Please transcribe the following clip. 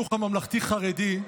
החינוך הממלכתי-חרדי,